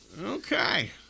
okay